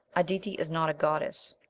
aditi is not a goddess.